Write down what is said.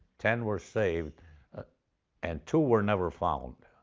ten were saved and two were never found,